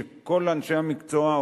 שכל אנשי המקצוע,